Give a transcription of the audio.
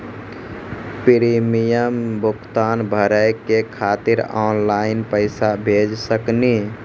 Premium भुगतान भरे के खातिर ऑनलाइन पैसा भेज सकनी?